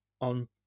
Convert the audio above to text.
on